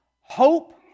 hope